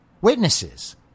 witnesses